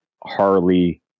Harley